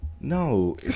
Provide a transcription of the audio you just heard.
No